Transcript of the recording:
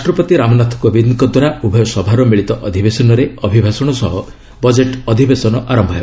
ରାଷ୍ଟ୍ରପତି ରାମନାଥ କୋବିନ୍ଦଙ୍କ ଦ୍ୱାରା ଉଭୟ ସଭାର ମିଳିତ ଅଧିବେଶନରେ ଅଭିଭାଷଣ ସହ ବଜେଟ୍ ଅଧିବେଶନ ଆରମ୍ଭ ହେବ